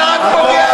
אתה רק פוגע בהם.